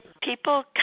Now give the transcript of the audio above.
people